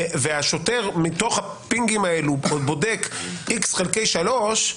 והשוטר מתוכם בודק איקס חלקי שלוש,